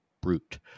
brute